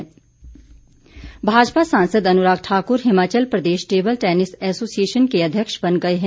अनुराग ठाकुर भाजपा सांसद Anurag Thakur Himachal Pradesh table tennis association के अध्यक्ष बन गए हैं